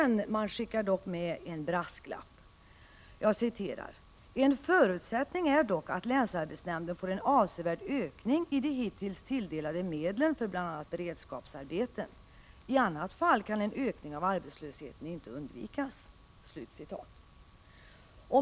Länsarbetsnämnden skickar emellertid med en brasklapp när den säger: En förutsättning är dock att länsarbetsnämnden får en avsevärd ökning i de hittills tilldelade medlen för bl.a. beredskapsarbeten. I annat fall kan en ökning av arbetslösheten inte undvikas.